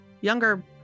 younger